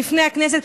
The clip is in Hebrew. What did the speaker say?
בפני הכנסת,